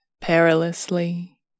perilously